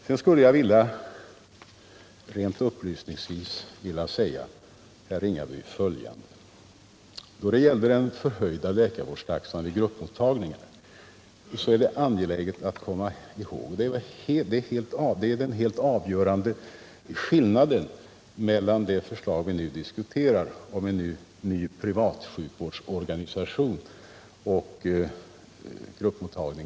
Sedan vill jag rent upplysningsvis säga herr Ringaby följande: Den förhöjda läkarvårdstaxan i läkarhusen gällde redan befintliga gruppmottagningar, där kostnadsnivån vid ikraftträdandet av reformen låg högre än normaltaxan.